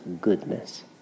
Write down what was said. goodness